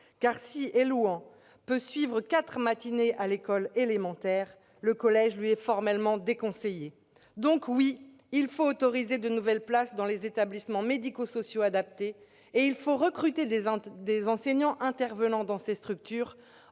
si Élouan peut suivre quatre matinées à l'école élémentaire, le collège lui est formellement déconseillé. Oui, il faut créer de nouvelles places dans les établissements médico-sociaux adaptés, et il faut recruter des enseignants intervenant dans ces structures-